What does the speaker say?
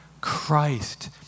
Christ